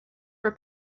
for